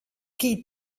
qui